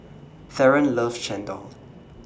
Theron loves Chendol